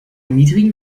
niedrigen